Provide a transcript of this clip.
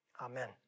amen